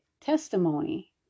testimony